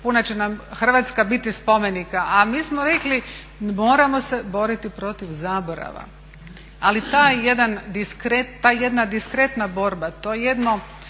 puna će nam Hrvatska biti spomenika, a mi smo rekli moramo se boriti protiv zaborava. Ali ta jedna diskretna borba, to jedno